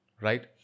right